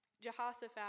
Jehoshaphat